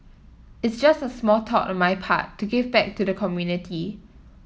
it's just a small thought on my part to give back to the community